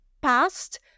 past